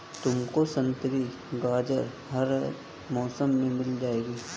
तुमको संतरी गाजर हर मौसम में मिल जाएगी